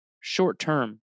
short-term